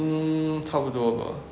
hmm 差不多吧